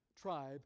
tribe